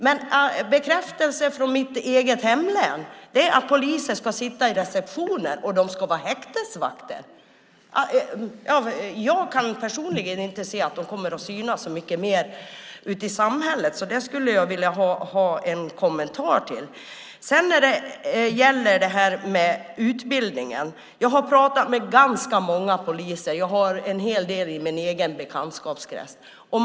Men bekräftelsen från mitt eget hemlän säger att poliser ska sitta i receptioner och ska vara häktesvakter. Jag kan personligen inte se att man därmed kommer att synas så mycket mer ute i samhället, så det skulle jag vilja ha en kommentar till. När det gäller utbildningen har jag pratat med ganska många poliser. Jag har en hel del i min egen bekantskapskrets.